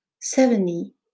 Seventy